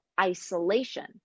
isolation